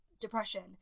depression